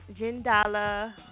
Jindala